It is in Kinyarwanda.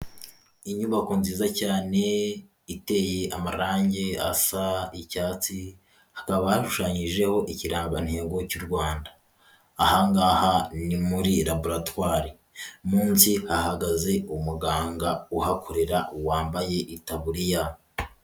Inyubako nziza cyane iteye amarangi asa icyatsi, hakaba hashushanyijeho ikirangantego cy'u Rwanda, aha ngaha ni muri laboratwari, munsi hahagaze umuganga uhakorera wambaye itaburiya.